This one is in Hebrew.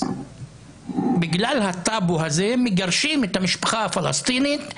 ובגלל הטאבו הזה מגרשים את המשפחה הפלסטינית,